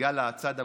בגלל הצד המשפטי,